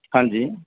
ਹਾਂਜੀ